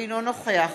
אינו נוכח